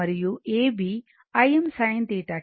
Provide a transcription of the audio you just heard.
మరియు A B Im sin